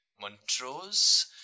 Montrose